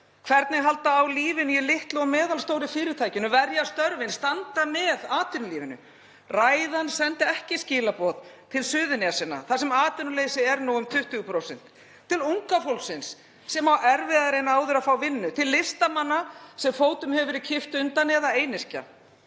Hvernig halda á lífinu í litlu og meðalstóru fyrirtækjunum, verja störfin, standa með atvinnulífinu. Ræðan sendi ekki skilaboð til Suðurnesja þar sem atvinnuleysi er nú um 20%, til unga fólksins sem á erfiðara en áður með að fá vinnu, til listamanna sem fótum hefur verið kippt undan eða einyrkja.